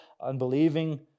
unbelieving